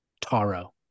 Taro